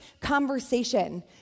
conversation